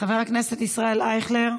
חבר הכנסת ישראל אייכלר,